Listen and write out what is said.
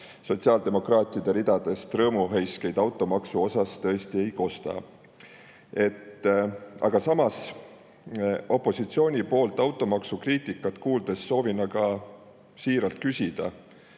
sotsiaaldemokraatide ridadest rõõmuhõiskeid automaksu pärast tõesti ei kosta. Aga samas, opositsiooni poolt automaksu kriitikat kuuldes soovin siiralt küsida,